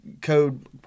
code